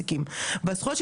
צריכות להיות לא מקופחות,